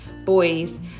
boys